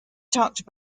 tucked